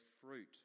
fruit